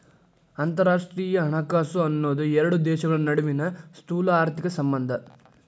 ಅಂತರರಾಷ್ಟ್ರೇಯ ಹಣಕಾಸು ಅನ್ನೋದ್ ಎರಡು ದೇಶಗಳ ನಡುವಿನ್ ಸ್ಥೂಲಆರ್ಥಿಕ ಸಂಬಂಧ